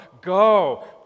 Go